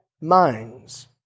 minds